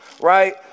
right